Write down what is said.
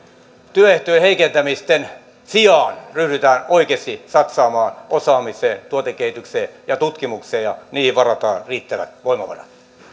työehtojen heikentämisten sijaan ryhdytään oikeasti satsaamaan osaamiseen tuotekehitykseen ja tutkimukseen ja niihin varataan riittävät voimavarat